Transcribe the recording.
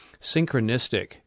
synchronistic